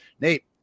Nate